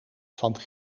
van